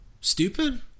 stupid